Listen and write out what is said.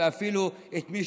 ואפילו את מי